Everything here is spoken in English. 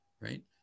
right